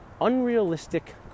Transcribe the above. unrealistic